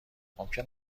ممکن